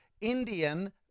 Indian